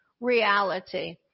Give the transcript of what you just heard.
reality